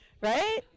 Right